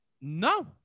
No